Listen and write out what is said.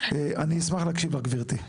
אשמח להקשיב לך גברתי.